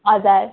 हजुर